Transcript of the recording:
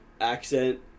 accent